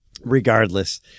regardless